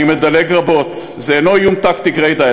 אני מדלג רבות: זה אינו איום טקטי גרידא,